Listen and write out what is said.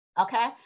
okay